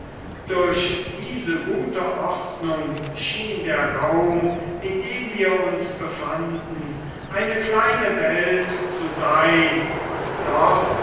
durch diese gute ordnung schien der raum in dem wir uns befanden eine kleine welt zu sein und doch